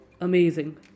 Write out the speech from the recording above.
Amazing